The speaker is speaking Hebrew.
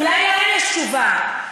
אולי להם יש תשובה.